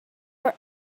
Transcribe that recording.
for